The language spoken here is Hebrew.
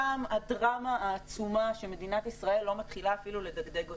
שם הדרמה העצומה שמדינת ישראל לא מתחילה אפילו לדגדג אותה.